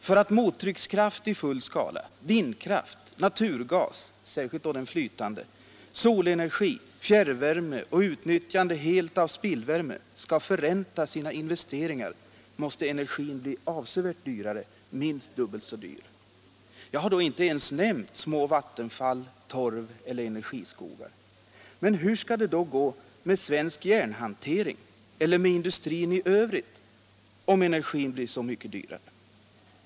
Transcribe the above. För att mottryckskraft i full skala, vindkraft, naturgas — särskilt då den flytande — solenergi, fjärrvärme och helt utnyttjande av spillvärme skall förränta sina investeringar måste energin bli avsevärt dyrare, minst dubbelt så dyr. Då har jag inte ens nämnt små vattenfall, torv eller energiskogar. Men hur skall det gå med svensk järnhantering eller med industrin i övrigt, om energin blir så mycket dyrare?